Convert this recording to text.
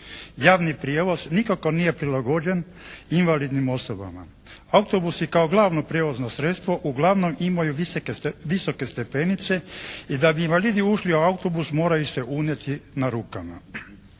Javni prijevoz nikako nije prilagođen invalidnim osobama. Autobusi kao glavno prijevozno sredstvo uglavnom imaju visoke stepenice i da bi invalidi ušli u autobus moraju se unijeti na rukama.